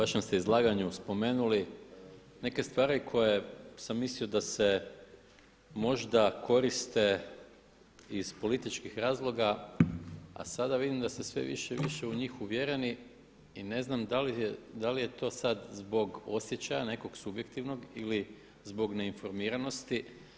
U vašem ste izlaganju spomenuli neke stvari koje sam mislio da se možda koriste iz političkih razloga, a sada vidim da ste u njih ste sve više i više u njih uvjereni i ne znam da li je to sad zbog osjećaja nekog subjektivnog ili zbog neinformiranosti.